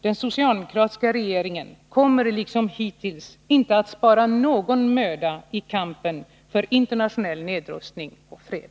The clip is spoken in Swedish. Den socialdemokratiska regeringen kommer liksom hittills inte att spara någon möda i kampen för internationell nedrustning och fred.